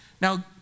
Now